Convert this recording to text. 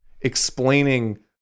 explaining